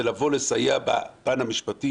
זה לבוא לסייע בפן המשפטי